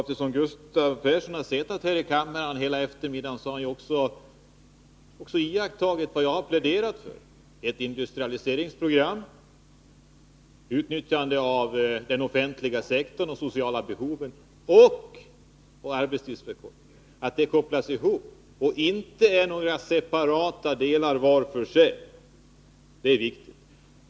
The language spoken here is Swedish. Eftersom Gustav Persson har suttit här i kammaren hela eftermiddagen, så har han iakttagit vad jag har pläderat för — ett industrialiseringsprogram, utnyttjande av den offentliga sektorn och tillgodoseende av de sociala behoven, och arbetstidsförkortning. Det är viktigt att dessa åtgärder kopplas ihop och inte är några separata delar var för sig.